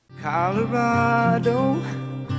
Colorado